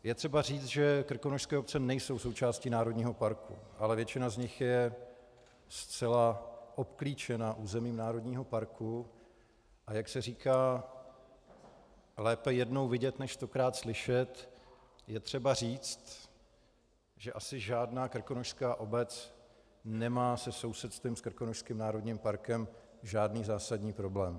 Je třeba říct, že krkonošské obce nejsou součástí národního parku, ale většina z nich je zcela obklíčena územím národního parku, a jak se říká, lépe jednou vidět než stokrát slyšet, je třeba říct, že asi žádná krkonošská obec nemá se sousedstvím s Krkonošským národním parkem žádný zásadní problém.